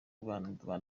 rwanda